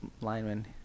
Lineman